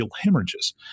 hemorrhages